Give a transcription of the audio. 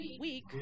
week